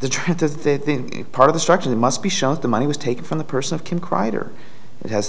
the truth is that the part of the structure that must be shot the money was taken from the person of can kreider it has